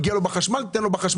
כשמגיע לו בחשמל, תן לו בחשמל.